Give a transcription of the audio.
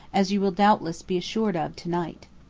as you will doubtless be assured of to-night.